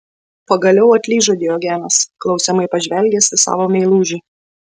pagaliau atlyžo diogenas klausiamai pažvelgęs į savo meilužį